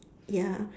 ya